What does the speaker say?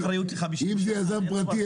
אם זה יזם פרטי,